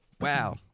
Wow